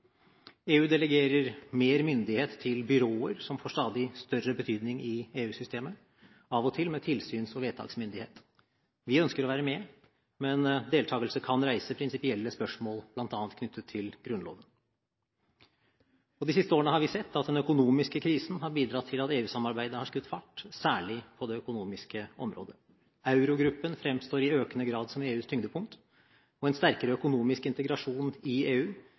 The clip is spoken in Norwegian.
EU delegerer mer myndighet til byråer som får stadig større betydning i EU-systemet, av og til med tilsyns- og vedtaksmyndighet. Vi ønsker å være med, men deltakelse kan reise prinsipielle spørsmål bl.a. knyttet til Grunnloven. De siste årene har vi sett at den økonomiske krisen har bidratt til at EU-samarbeidet har skutt fart, særlig på det økonomiske området. Euro-gruppen framstår i økende grad som EUs tyngdepunkt, og en sterkere økonomisk integrasjon i EU